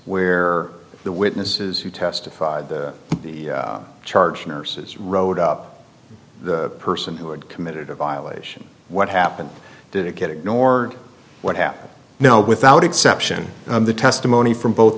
where the witnesses who testified the charge nurses rode up the person who had committed a violation what happened did it get ignored what happened now without exception the testimony from both